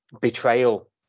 betrayal